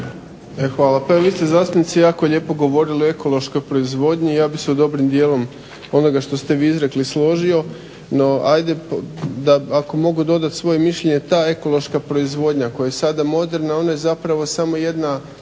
Hvala. Pa evo vi ste zastupnice jako lijepo govorili o ekološkoj proizvodnji i ja bih se s dobrim dijelom onoga što ste vi izrekli složio, no ajde ako mogu dodati svoje mišljenje, ta ekološka proizvodnja koja je sada moderna ona je zapravo samo jedna